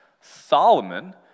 Solomon